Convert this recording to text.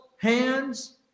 hands